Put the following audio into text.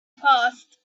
passed